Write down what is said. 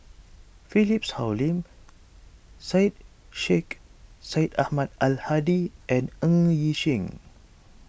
Philip Hoalim Syed Sheikh Syed Ahmad Al Hadi and Ng Yi Sheng